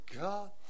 God